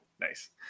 Nice